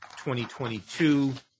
2022